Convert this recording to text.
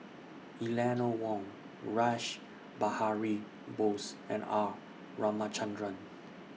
Eleanor Wong Rash Behari Bose and R Ramachandran